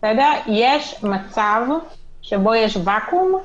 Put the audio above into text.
יש מצב שבו יש ואקום?